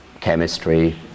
chemistry